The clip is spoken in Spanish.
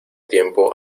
tiempo